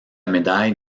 médaille